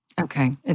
Okay